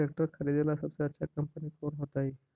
Tractor खरीदेला सबसे अच्छा कंपनी कौन होतई?